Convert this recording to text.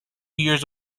years